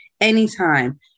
anytime